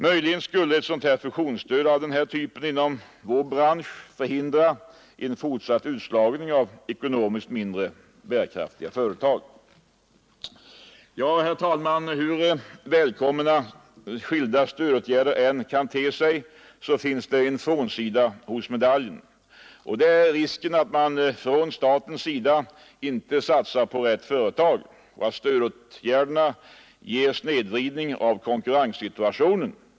Möjligen skulle ett fusionsstöd av denna typ inom vår bransch förhindra en fortsatt utslagning av ekonomiskt mindre bärkraftiga företag. Herr talman! Hur välkomna skilda stödåtgärder än kan te sig, finns det en frånsida hos medaljen. Det är risken för att man från statens sida inte satsar på rätt företag och att stödåtgärderna ger snedvridning av konkurrenssituationen.